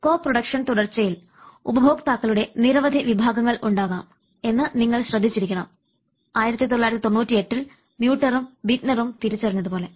കൊ പ്രൊഡക്ഷൻ തുടർച്ചയിൽ ഉപഭോക്താക്കളുടെ നിരവധി വിഭാഗങ്ങൾ ഉണ്ടാകാം എന്ന് നിങ്ങൾ ശ്രദ്ധിച്ചിരിക്കണം 1998ൽ മ്യൂട്ടറൂം ബിറ്റ്നറും തിരിച്ചറിഞ്ഞതുപോലെ